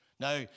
Now